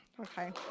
Okay